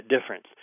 difference